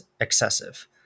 excessive